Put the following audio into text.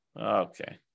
Okay